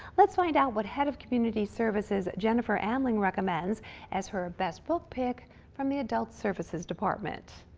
let's find out what head of community services jennifer amling recommends as her best book pick from the adult services department.